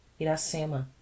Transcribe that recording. Iracema